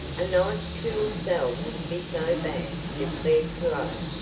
a nice cool cell wouldn't be so bad, declared cologne,